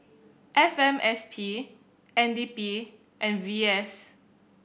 F M S P N D P and V S